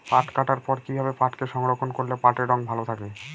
পাট কাটার পর কি ভাবে পাটকে সংরক্ষন করলে পাটের রং ভালো থাকে?